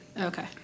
okay